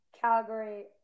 Calgary